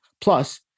Plus